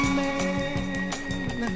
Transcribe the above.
man